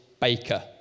baker